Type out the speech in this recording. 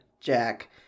Jack